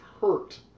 hurt